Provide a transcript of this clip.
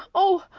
oh,